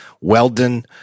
Weldon